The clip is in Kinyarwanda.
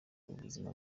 ubuzima